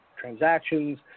transactions